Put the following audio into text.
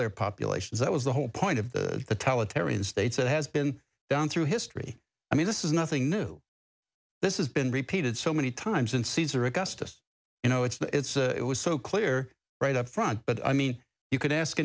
their populations that was the whole point of the tele tarion states that has been down through history i mean this is nothing new this is been repeated so many times in caesar augustus you know it's it was so clear right up front but i mean you could ask